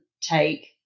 take